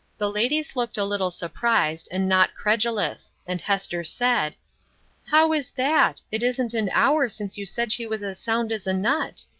the ladies looked a little surprised, and not credulous and hester said how is that? it isn't an hour since you said she was as sound as a nut.